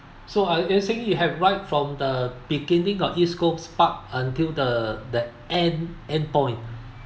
so are you saying you have ride from the beginning of east coast park until the that end end point